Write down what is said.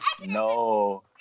No